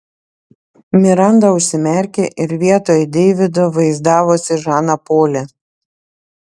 miranda užsimerkė ir vietoj deivido vaizdavosi žaną polį